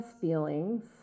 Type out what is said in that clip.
feelings